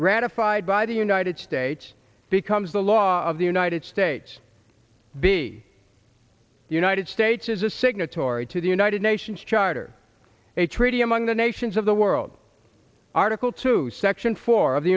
ratified by the united states becomes the law of the united states b the united states is a signatory to the united nations charter a treaty among the nations of the world article two section four